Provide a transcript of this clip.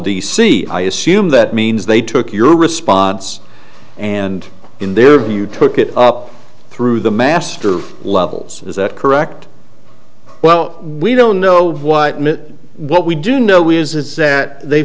d c i assume that means they took your response and in their view took it up through the master levels is that correct well we don't know what mit what we do know is that they